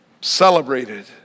celebrated